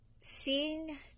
seeing